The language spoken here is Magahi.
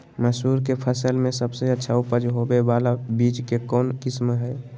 मसूर के फसल में सबसे अच्छा उपज होबे बाला बीज के कौन किस्म हय?